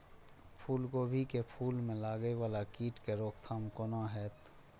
फुल गोभी के फुल में लागे वाला कीट के रोकथाम कौना हैत?